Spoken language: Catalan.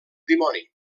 dimoni